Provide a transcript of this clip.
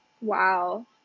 Wow